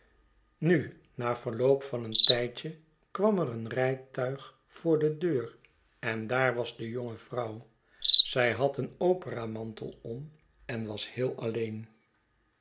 nu na verloop van een tijdje kwam er een rijtuig voor de deur en daar was de jonge vrouw zij had een operamantel om en was heel alleen